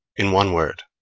in one word,